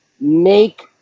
make